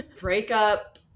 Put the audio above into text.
breakup